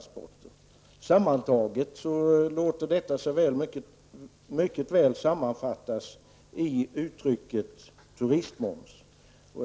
Sammantaget låter sig detta mycket väl sammanfattas i uttrycket turistmoms.